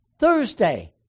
Thursday